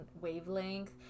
wavelength